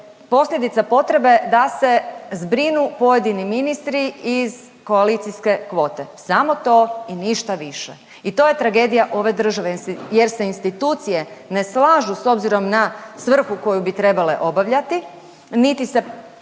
posljedica potrebe da se zbrinu pojedini ministri iz koalicijske kvote. Samo to i ništa više i to je tragedija ove države jer se. Jer se institucije ne slažu s obzirom na svrhu koju bi trebale obavljati niti se